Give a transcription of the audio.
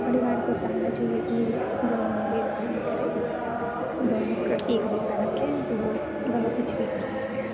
परिवार को सामझिए कि दोनों में भेदभाब न करे दोनों क एक जैसा रखें तो वो दोनों कुछ भी कर सकते हैं